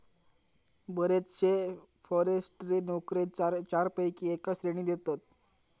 बरेचशे फॉरेस्ट्री नोकरे चारपैकी एका श्रेणीत येतत